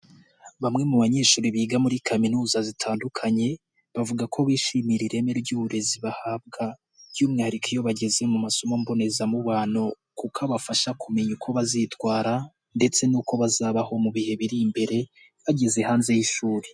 Bamwe mu banyeshuri biga muri kaminuza zitandukanye bavuga ko bishimiye ireme ry'uburezi bahabwa by'umwihariko iyo bageze mu masomo mbonezamubano kuko abafasha kumenya uko bazitwara ndetse n'uko bazabaho mu bihe biri imbere bageze hanze y'ishuri.